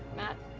matt.